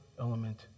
element